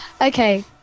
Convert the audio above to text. Okay